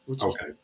Okay